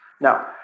Now